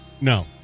No